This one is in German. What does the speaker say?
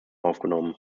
aufgenommen